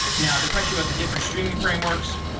now, the question about the different streaming frameworks.